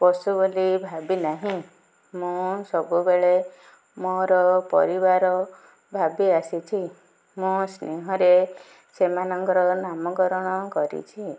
ପଶୁ ବୋଲି ଭାବିନାହିଁ ମୁଁ ସବୁବେଳେ ମୋର ପରିବାର ଭାବି ଆସିଛି ମୁଁ ସ୍ନେହରେ ସେମାନଙ୍କର ନାମକରଣ କରିଛି